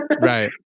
right